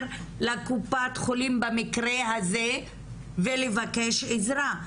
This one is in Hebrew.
לקופת החולים במקרה הזה ולבקש עזרה?